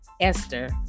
Esther